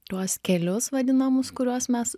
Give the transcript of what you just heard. tuos kelius vadinamus kuriuos mes